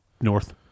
North